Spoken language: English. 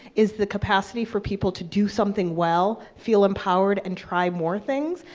is the capacity for people to do something well, feel empowered and try more things.